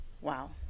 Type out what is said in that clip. Wow